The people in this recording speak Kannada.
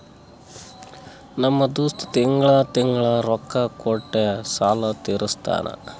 ನಮ್ ದೋಸ್ತ ತಿಂಗಳಾ ತಿಂಗಳಾ ರೊಕ್ಕಾ ಕೊಟ್ಟಿ ಸಾಲ ತೀರಸ್ತಾನ್